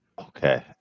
Okay